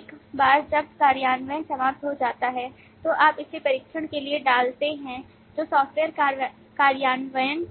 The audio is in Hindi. एक बार जब कार्यान्वयन समाप्त हो जाता है तो आप इसे परीक्षण के लिए डालते हैं जो सॉफ्टवेयर कार्यान्वयन